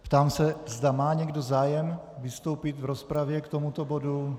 Ptám se, zda má někdo zájem vystoupit v rozpravě k tomuto bodu.